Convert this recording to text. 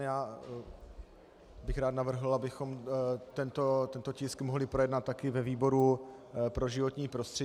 Já bych rád navrhl, abychom tento tisk mohli projednat taky ve výboru pro životní prostředí.